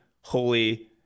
holy